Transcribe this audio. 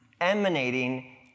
emanating